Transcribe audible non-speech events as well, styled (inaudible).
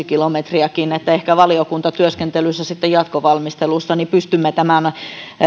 (unintelligible) kilometriäkin ehkä valiokuntatyöskentelyssä sitten jatkovalmistelussa pystymme tämän